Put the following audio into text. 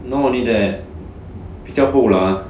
not only that 比较不老 ah